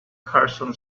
carson